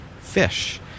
fish